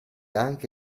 anche